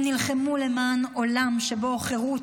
הם נלחמו למען עולם שבו חירות,